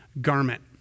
garment